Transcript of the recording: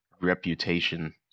reputation